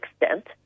extent